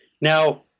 Now